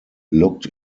looked